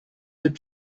that